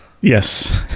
Yes